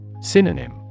Synonym